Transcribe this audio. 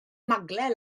maglau